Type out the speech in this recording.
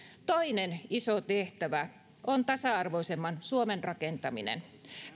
toinen iso tehtävä on tasa arvoisemman suomen rakentaminen